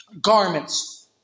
garments